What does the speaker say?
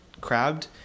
crabbed